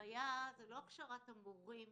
הבעיה היא לא הכשרת המורים